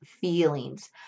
feelings